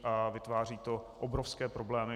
A vytváří to obrovské problémy.